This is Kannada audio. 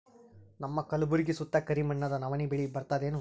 ನಮ್ಮ ಕಲ್ಬುರ್ಗಿ ಸುತ್ತ ಕರಿ ಮಣ್ಣದ ನವಣಿ ಬೇಳಿ ಬರ್ತದೇನು?